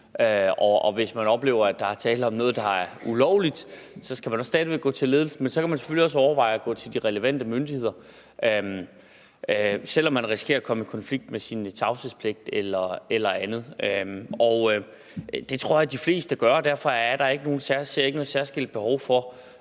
Og hvis man oplever, at der er tale om noget, der er ulovligt, skal man stadig væk gå til ledelsen, men så kan man selvfølgelig også overveje at gå til de relevante myndigheder, selv om man risikerer at komme i konflikt med sin tavshedspligt eller andet. Det tror jeg de fleste gør, og derfor ser jeg ikke noget særskilt behov for